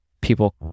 people